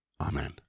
Amen